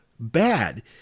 Bad